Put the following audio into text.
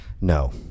No